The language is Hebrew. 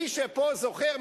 מי שפה זוכר,